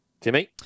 Timmy